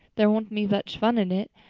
there won't be much fun in it,